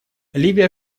ливия